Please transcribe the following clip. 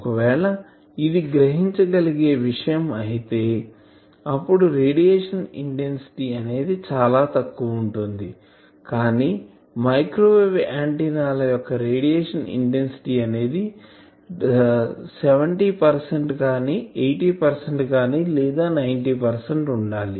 ఒకవేళ ఇది గ్రహించగలిగే విషయం అయితే అప్పుడు రేడియేషన్ ఇంటెన్సిటీ అనేది చాలా తక్కువ ఉంటుంది కానీ మైక్రోవేవ్ ఆంటిన్నా ల యొక్క రేడియేషన్ ఇంటెన్సిటీ అనేది 70 కానీ 80కానీ లేదా 90 ఉండాలి